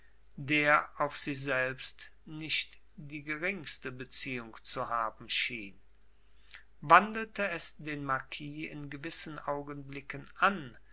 der auf sie selbst nicht die geringste beziehung zu haben schien wandelte es den marquis in gewissen augenblicken an